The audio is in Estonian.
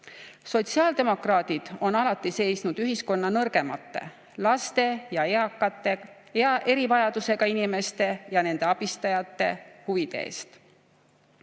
Sotsiaaldemokraadid on alati seisnud ühiskonna nõrgemate, laste ja eakate ning erivajadusega inimeste ja nende abistajate huvide eest.